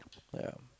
ya